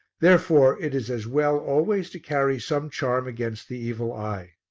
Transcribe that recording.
therefore, it is as well always to carry some charm against the evil eye.